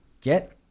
get